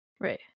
Right